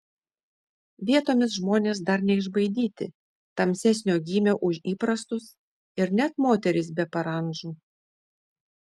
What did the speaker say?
vietomis žmonės dar neišbaidyti tamsesnio gymio už įprastus ir net moterys be parandžų